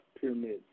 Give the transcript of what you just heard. pyramids